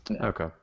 Okay